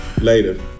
Later